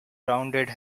rounded